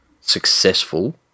successful